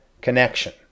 Connection